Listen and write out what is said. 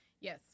Yes